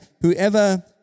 whoever